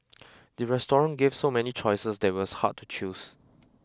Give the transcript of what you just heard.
the restaurant gave so many choices that it was hard to choose